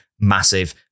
massive